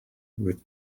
with